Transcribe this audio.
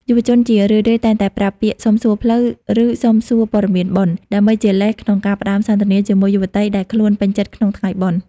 យុវជនជារឿយៗតែងតែប្រើពាក្យ "សុំសួរផ្លូវ" ឬ "សុំសួរព័ត៌មានបុណ្យ" ដើម្បីជាលេសក្នុងការផ្ដើមសន្ទនាជាមួយយុវតីដែលខ្លួនពេញចិត្តក្នុងថ្ងៃបុណ្យ។